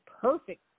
perfect